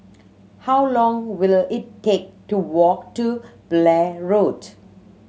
how long will it take to walk to Blair Road